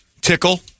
tickle